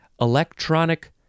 Electronic